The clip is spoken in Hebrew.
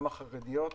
וגם בחרדיות.